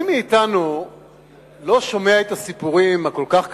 מי מאתנו לא שומע את הסיפורים הכל-כך קשים,